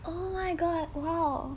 oh my god !wow!